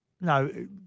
no